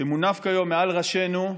שמונף כיום מעל ראשינו,